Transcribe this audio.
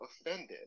offended